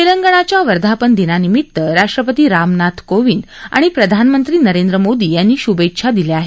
तेलंगणच्या वर्धापनादिनानिमित्त राष्ट्रपती रामनाथ कोविंद आणि प्रधानमंत्री नरेंद्र मोदी यांनी शुभेच्छा दिल्या आहेत